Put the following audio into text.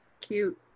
cute